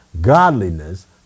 godliness